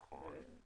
נכון.